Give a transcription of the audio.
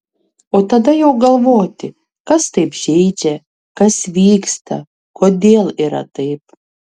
o tada jau galvoti kas taip žeidžia kas vyksta kodėl yra taip